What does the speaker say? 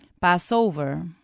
Passover